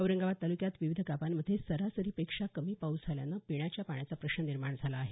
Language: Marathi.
औरंगाबाद तालुक्यात विविध गावांमध्ये सरासरीपेक्षा कमी पाऊस झाल्यानं पिण्याच्या पाण्याचा प्रश्न निर्माण झाला आहे